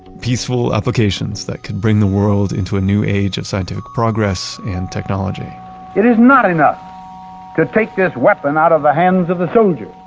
peaceful applications that could bring the world into a new age of and scientific progress and technology it is not enough to take this weapon out of the hands of the soldier.